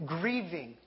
grieving